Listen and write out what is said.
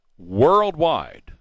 worldwide